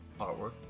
artwork